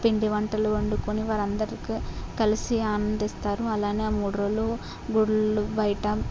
పిండి వంటలు వండుకొని వారందరూ కలిసి ఆనందిస్తారు అలానే ఆ మూడు రోజులు గుళ్ళు బయట